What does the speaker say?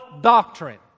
doctrine